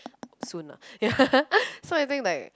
soon lah so I think like